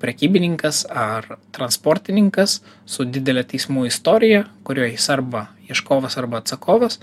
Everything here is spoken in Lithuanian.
prekybininkas ar transportininkas su didele teismų istorija kurioj jis arba ieškovas arba atsakovas